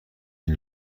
این